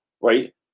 right